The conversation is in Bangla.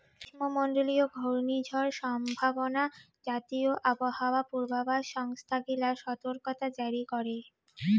গ্রীষ্মমণ্ডলীয় ঘূর্ণিঝড় সম্ভাবনা জাতীয় আবহাওয়া পূর্বাভাস সংস্থা গিলা সতর্কতা জারি করে